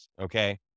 okay